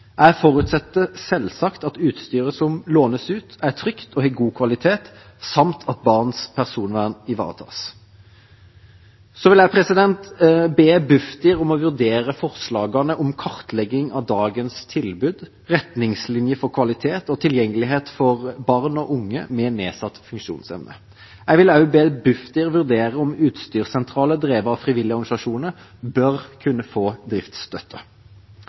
Jeg forutsetter selvsagt at utstyret som lånes ut, er trygt og har god kvalitet, samt at barns personvern ivaretas. Jeg vil be Bufdir om å vurdere forslagene om kartlegging av dagens tilbud, retningslinjer for kvalitet og tilgjengelighet for barn og unge med nedsatt funksjonsevne. Jeg vil også be Bufdir vurdere om utstyrssentraler drevet av frivillige organisasjoner bør kunne få driftsstøtte.